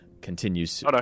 continues